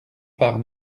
part